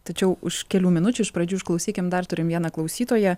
tačiau už kelių minučių iš pradžių išklausykim dar turime vieną klausytoją